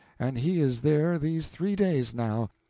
and he is there these three days now,